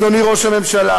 אדוני ראש הממשלה.